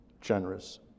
generous